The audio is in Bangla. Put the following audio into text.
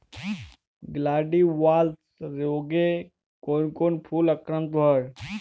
গ্লাডিওলাস রোগে কোন কোন ফুল আক্রান্ত হয়?